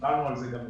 דיברנו על זה ב-...